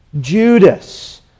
Judas